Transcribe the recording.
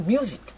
Music